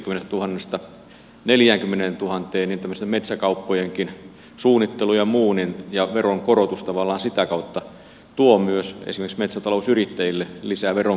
kun on tämmöisten metsäkauppojenkin suunnittelu ja muu niin veronkorotus tavallaan sitä kautta tuo myös esimerkiksi metsätalousyrittäjille lisää veronkiristystä